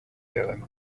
herren